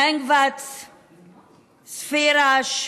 אנגווץ וספרש,